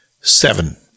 seven